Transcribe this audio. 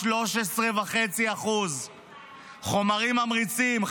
13.5%; חומרים ממריצים,